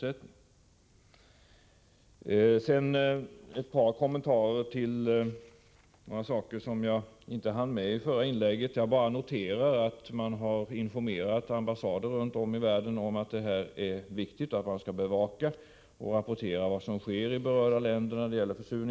I mitt förra inlägg hann jag inte med att göra några av de kommentarer jag hade velat göra. Jag vill bl.a.notera att regeringen har informerat ambassader runt om i världen att dessa frågor är viktiga och skall bevakas, samt att de till UD skall rapportera vad som sker på området. Det är bra.